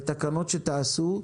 בתקנות שתתקנו,